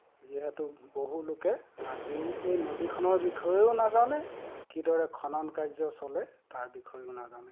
যিহেতু বহুলোকে আজিও এই নদীখনৰ বিষয়েও নাজানে কিদৰে খনন কাৰ্য চলে তাৰ বিষয়েও নাজানে